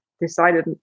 Decided